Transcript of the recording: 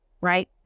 right